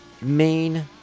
main